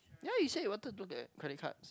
ya you said you wanted to get credit cards